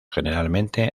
generalmente